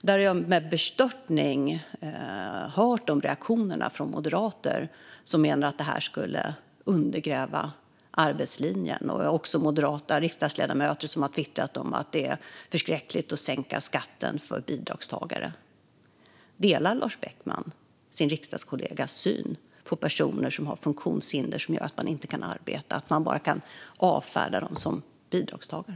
Jag har dock med bestörtning hört om reaktioner från moderater som menar att det här skulle undergräva arbetslinjen. Det finns även moderata riksdagsledamöter som har twittrat om att det är förskräckligt att sänka skatten för bidragstagare. Delar Lars Beckman sin riksdagskollegas syn på personer som har funktionshinder som gör att de inte kan arbeta och att man bara avfärdar dem som bidragstagare?